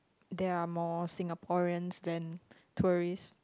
there are more Singaporeans than tourists